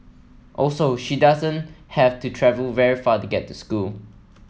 also she doesn't have to travel very far to get to school